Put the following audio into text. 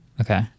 okay